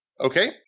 Okay